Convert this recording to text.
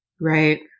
right